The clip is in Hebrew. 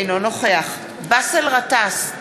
אינו נוכח באסל גטאס,